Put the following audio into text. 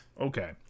Okay